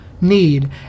need